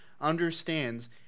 understands